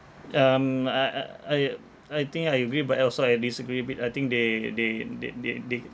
um I I I I think I agree but also I disagree with I think they they they they they